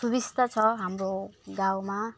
सुबिस्ता छ हाम्रो गाउँमा